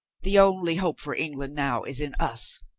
the only hope for england now is in us.